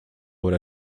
obra